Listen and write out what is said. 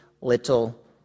little